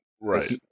Right